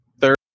third